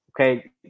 okay